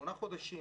שמונה חודשים,